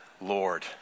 Lord